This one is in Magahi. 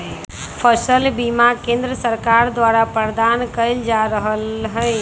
फसल बीमा केंद्र सरकार द्वारा प्रदान कएल जा रहल हइ